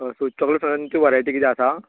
so chocolate फ्लेवरांत कितें variety कितें आसा